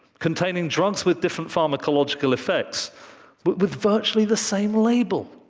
containing drugs with different pharmacological effects but with virtually the same label.